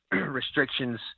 restrictions